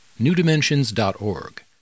newdimensions.org